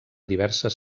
diverses